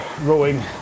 rowing